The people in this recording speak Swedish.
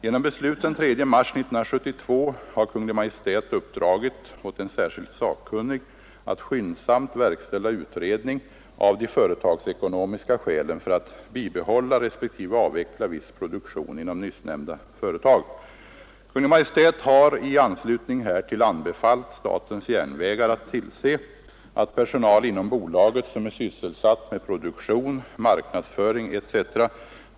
Genom beslut den 3 mars 1972 har Kungl. Maj:t uppdragit åt en särskild sakkunnig att skyndsamt verkställa utredning av de företagsekonomiska skälen för att bibehålla respektive avveckla viss produktion inom nyssnämnda företag. Kungl. Maj:t har i anslutning härtill anbefallt statens järnvägar att tillse att personal inom bolaget som är sysselsatt med produktion, marknadsföring etc.